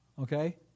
okay